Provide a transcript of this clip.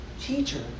Teacher